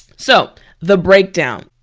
so the breakdown.